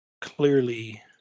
clearly